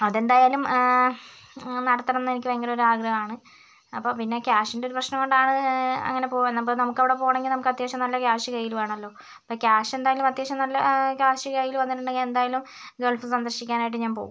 അതെന്തായാലും നടത്തണമെന്ന് എനിക്ക് ഭയങ്കര ഒരു ആഗ്രഹമാണ് അപ്പോൾ പിന്നെ ക്യാഷിൻ്റെ ഒരു പ്രശ്നം കൊണ്ടാണ് അങ്ങനെ പോകുന്നത് നമുക്കവിടെ പോകണമെങ്കിൽ നമുക്ക് അത്യാവശ്യം നല്ല ക്യാഷ് കയ്യിൽ വേണമല്ലോ അപ്പോൾ ക്യാഷ് എന്തായാലും അത്യാവശ്യം നല്ല ക്യാഷ് കയ്യിൽ വന്നിട്ടുണ്ടെങ്കിൽ എന്തായാലും ഗൾഫ് സന്ദർശിക്കാനായിട്ട് ഞാൻ പോകും